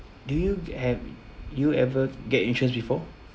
do you have you ever get insurance before